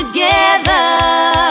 Together